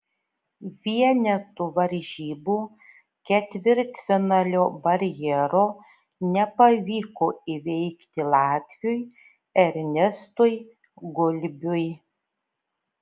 vienetų varžybų ketvirtfinalio barjero nepavyko įveikti latviui ernestui gulbiui